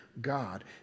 God